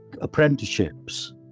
apprenticeships